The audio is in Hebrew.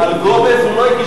על גומז הוא לא הגיש